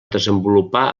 desenvolupar